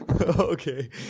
Okay